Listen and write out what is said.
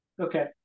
Okay